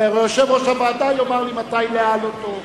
ויושב-ראש הוועדה יאמר לי מתי להעלותו.